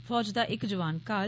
फौज दा इक जवान घाऽल